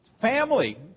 family